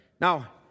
Now